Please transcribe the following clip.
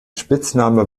spitzname